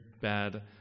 bad